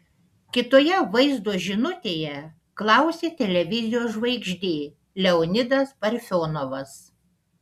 kitoje vaizdo žinutėje klausė televizijos žvaigždė leonidas parfionovas